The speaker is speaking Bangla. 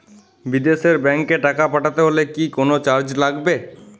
বিদেশের ব্যাংক এ টাকা পাঠাতে হলে কি কোনো চার্জ লাগবে?